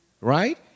Right